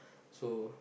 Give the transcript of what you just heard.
so